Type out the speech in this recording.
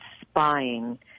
spying